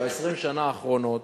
ב-20 שנה האחרונות